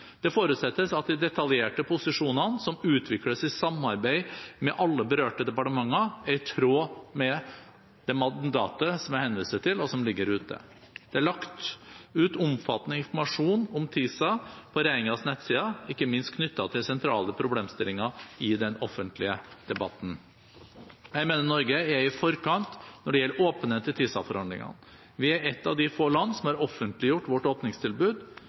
Det forutsettes at de detaljerte posisjonene, som utvikles i samarbeid med alle berørte departementer, er i tråd med det mandatet som jeg henviste til, og som ligger ute. Det er lagt ut omfattende informasjon om TISA på regjeringens nettsider, ikke minst knyttet til sentrale problemstillinger i den offentlige debatten. Jeg mener Norge er i forkant når det gjelder åpenhet i TISA-forhandlingene. Vi er et av få land som har offentliggjort vårt åpningstilbud,